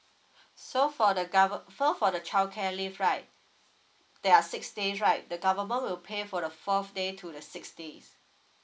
so for the gover~ so for the childcare leave right there are six days right the government will pay for the fourth day to the six days